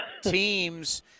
teams